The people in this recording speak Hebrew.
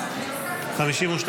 34 לא נתקבלה.